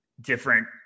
different